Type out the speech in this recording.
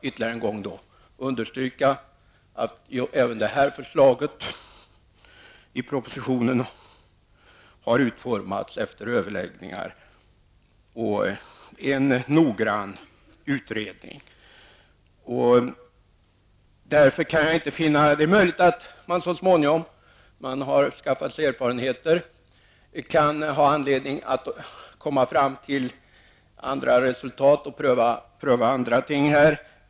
Ytterligare en gång vill jag understryka att även det här förslaget i propositionen har utformats efter överläggningar och noggrann utredning. Det är möjligt att man så småningom, när man har skaffat sig erfarenheter, kan ha anledning att komma fram till andra resultat och pröva andra ting.